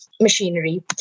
machinery